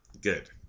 good